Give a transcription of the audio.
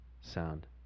sound